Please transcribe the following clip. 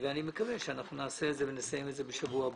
ואני מקווה שאנחנו נעשה את זה ונסיים את זה בשבוע הבא.